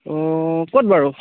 অঁ ক'ত বাৰু